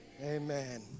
amen